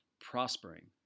prospering